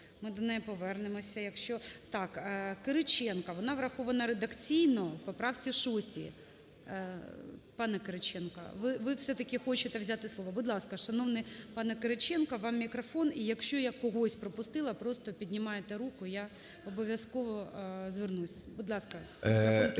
ми до неї повернемося, якщо… Так, Кириченка. Вона врахована редакційно у поправці шостій. Пане Кириченко, ви все-таки хочете взяти слово. Будь ласка, шановний пане Кириченко, вам мікрофон. І якщо я когось пропустила, просто піднімайте руку, я обов'язково звернуся. Будь ласка.